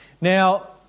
Now